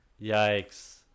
Yikes